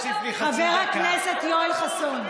חבר הכנסת יואל חסון.